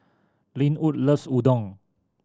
Linwood loves Udon